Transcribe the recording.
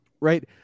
right